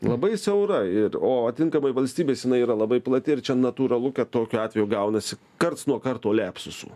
labai siaura ir o atinkamai valstybės jinai yra labai plati ir čia natūralu kad tokiu atveju gaunasi karts nuo karto liapsusų